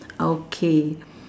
okay